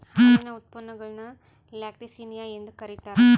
ಹಾಲಿನ ಉತ್ಪನ್ನಗುಳ್ನ ಲ್ಯಾಕ್ಟಿಸಿನಿಯ ಎಂದು ಕರೀತಾರ